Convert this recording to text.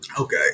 Okay